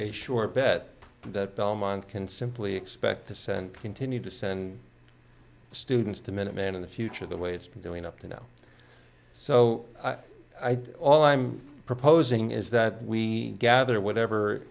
a sure bet that belmont can simply expect to send continue to send students to minuteman in the future the way it's been doing up to now so i think all i'm proposing is that we gather whatever